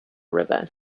river